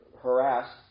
harassed